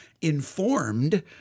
informed